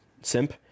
simp